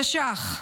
תש"ח.